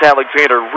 Alexander